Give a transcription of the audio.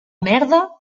merda